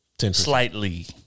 Slightly